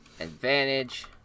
advantage